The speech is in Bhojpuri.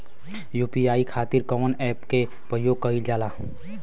यू.पी.आई खातीर कवन ऐपके प्रयोग कइलजाला?